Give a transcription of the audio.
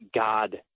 God